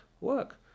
work